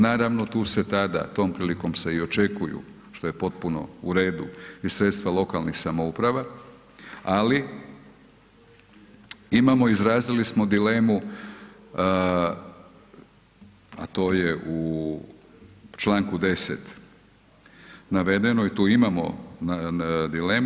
Naravno, tu se tada, tom prilikom se i očekuju što je potpuno u redu i sredstva lokalnih samouprava, ali imamo, izrazili smo dilemu, a to je u Članku 10. navedeno i tu imamo dilemu.